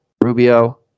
Rubio